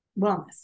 wellness